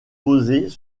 posés